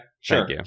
Sure